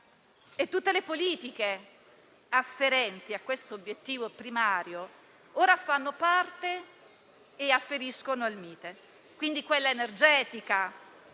tutte le politiche afferenti a questo obiettivo primario ora fanno parte e afferiscono al Mite. Mi riferisco alla politica